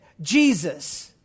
Jesus